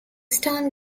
stone